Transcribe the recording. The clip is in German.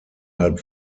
halb